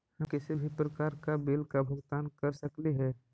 हम किसी भी प्रकार का बिल का भुगतान कर सकली हे?